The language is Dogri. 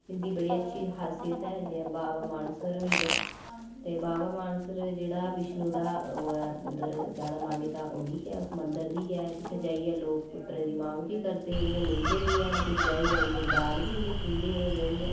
इं'दी बड़ी अच्छी खासियत ऐ जियां बाबा मानसर होई गेआ ते बावा मानसर जेह्ड़ा बिश्णु दा ओह् ऐ उद्धर जादा मान्यता ओह्दी ऐ ओस मंदर दी गै ऐ जित्थे जाइयै लोक पुत्तरे दी मांग बी करदे उ'नेंगी मिलदे बी हैन फिर जाइयै उनी बाल बी उनेंगी दिंदे जाइयै